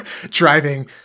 driving